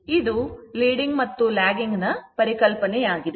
ಇದು leading ಅಥವಾ lagging ನ ಪರಿಕಲ್ಪನೆ ಆಗಿದೆ